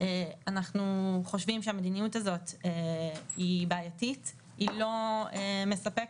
אנחנו חושבים שהמדיניות הזאת בעייתית ולא מספקת.